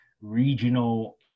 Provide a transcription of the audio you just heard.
regional